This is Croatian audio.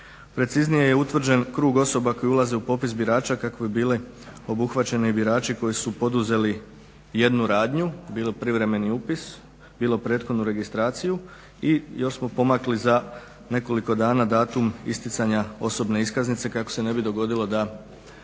preciznije je utvrđen osoba koje ulaze u popis birača kako bi bili obuhvaćeni birači koji su poduzeli jednu radnju bilo privremeni upis, bilo prethodnu registraciju i još smo pomakli za nekoliko dana datum isticanja osobne iskaznice kako se ne bi dogodilo da